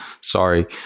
Sorry